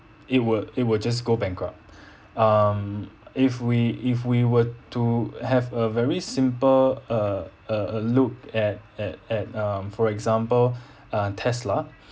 it would it would just go bankrupt um if we if we were to have a very simple uh uh uh look at at at um for example uh tesla